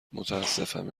متاسفم